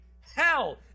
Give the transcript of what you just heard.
hell